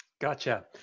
Gotcha